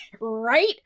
Right